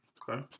okay